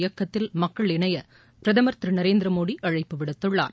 இயக்கத்தில் மக்கள் இணைய பிரதமர் திரு நரேந்திரமோடி அழைப்பு விடுத்துள்ளார்